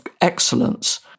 excellence